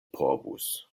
povus